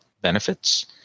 benefits